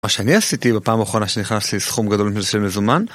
מה שאני עשיתי בפעם האחרונה שנכנס לי סכום גדול של מזומן